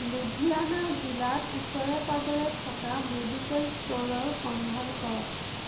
লুধিয়ানা জিলাত ওচৰে পাঁজৰে থকা মেডিকেল ষ্ট'ৰৰ সন্ধান কৰক